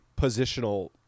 positional